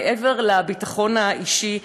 מעבר לביטחון האישי,